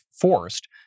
forced